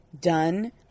done